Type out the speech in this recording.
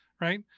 right